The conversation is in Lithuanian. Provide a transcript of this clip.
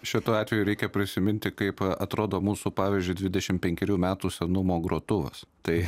šituo atveju reikia prisiminti kaip atrodo mūsų pavyzdžiui dvidešim penkerių metų senumo grotuvas tai